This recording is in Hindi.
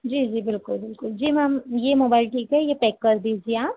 जी जी बिल्कुल बिल्कुल जी मैम ये मोबाइल ठीक है ये पैक कर दीजिए आप